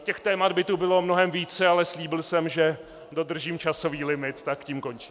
Těch témat by tu bylo mnohem více, ale slíbil jsem, že dodržím časový limit, tak tím končím.